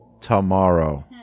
tomorrow